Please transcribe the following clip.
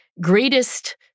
greatest